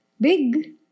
big